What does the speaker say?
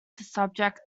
subject